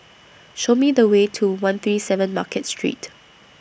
Show Me The Way to one three seven Market Street